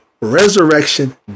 resurrection